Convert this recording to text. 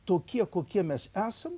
tokie kokie mes esam